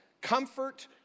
comfort